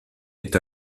est